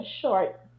short